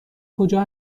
کجا